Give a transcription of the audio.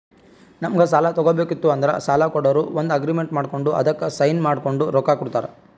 ನಮ್ಗ್ ಸಾಲ ತಗೋಬೇಕಿತ್ತು ಅಂದ್ರ ಸಾಲ ಕೊಡೋರು ಒಂದ್ ಅಗ್ರಿಮೆಂಟ್ ಮಾಡ್ಕೊಂಡ್ ಅದಕ್ಕ್ ಸೈನ್ ಮಾಡ್ಕೊಂಡ್ ರೊಕ್ಕಾ ಕೊಡ್ತಾರ